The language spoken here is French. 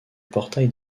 portail